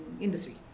industry